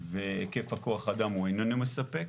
והיקף הכוח אדם איננו מספק.